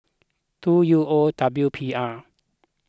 two U O W P R